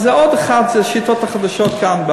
אז זה עוד אחת מהשיטות החדשות כאן,